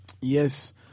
Yes